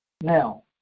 Now